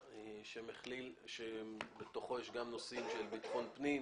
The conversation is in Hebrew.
ומכליל בתוכו גם נושאים של ביטחון פנים,